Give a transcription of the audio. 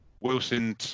Wilson